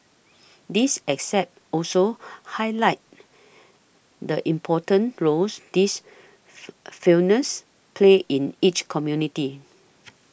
these except also highlight the important roles these felines play in each community